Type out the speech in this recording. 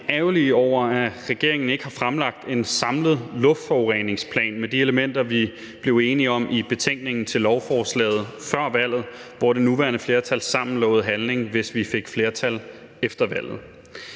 ærgerlige over, at regeringen ikke har fremlagt en samlet luftforureningsplan med de elementer, som vi blev enige om i betænkningen til lovforslaget før valget, hvor det nuværende flertal sammen lovede handling, hvis vi fik flertal efter valget.